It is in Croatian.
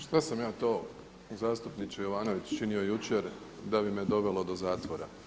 Šta sam ja to zastupniče Jovanović činio jučer da bi me dovelo do zatvora?